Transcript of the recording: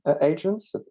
agents